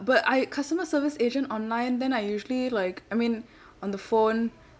but I customer service agent online then I usually like I mean on the phone